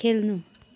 खेल्नु